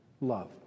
love